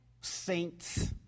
saints